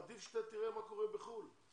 עדיף שאתה תראה מה קורה בחוץ לארץ.